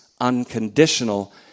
unconditional